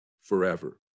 forever